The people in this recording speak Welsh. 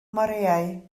moreau